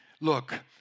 Look